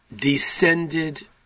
descended